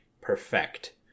perfect